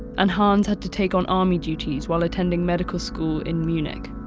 and hans had to take on army duties while attending medical school in munich.